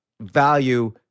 value